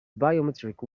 biometric